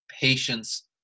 patience